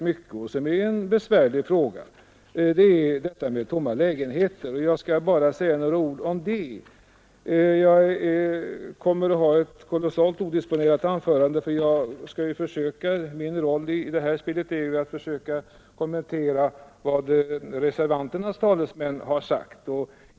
Jag kommer att hålla ett kolossalt odisponerat anförande, för min roll i det här spelet är ju att försöka kommentera vad reservanternas talesmän har sagt.